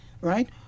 Right